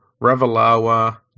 Ravalawa